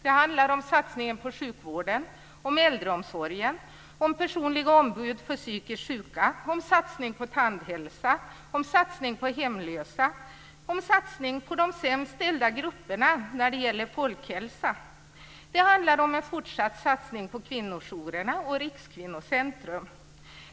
Det handlar om satsningen på sjukvården och äldreomsorgen, om personliga ombud för psykiskt sjuka, om satsning på tandhälsa, om satsning på hemlösa, om satsning på de sämst ställda grupperna när det gäller folkhälsa. Det handlar om en fortsatt satsning på kvinnojourerna och på Rikskvinnocentrum.